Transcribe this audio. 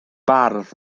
bardd